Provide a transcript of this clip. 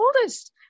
oldest